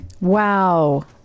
Wow